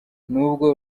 nubwo